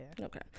Okay